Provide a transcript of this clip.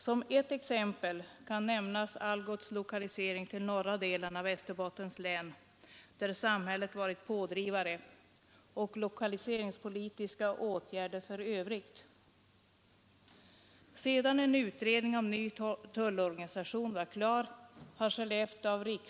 Som ett exempel härpå kan nämnas Algots lokalisering till norra delen av Västerbottens län, där samhället varit pådrivare, och lokaliseringspolitiska åtgärder för övrigt.